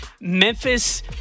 Memphis